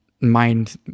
mind